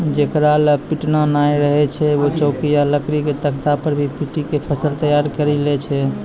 जेकरा लॅ पिटना नाय रहै छै वैं चौकी या लकड़ी के तख्ता पर भी पीटी क फसल तैयार करी लै छै